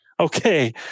Okay